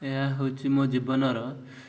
ଏହା ହେଉଛି ମୋ ଜୀବନର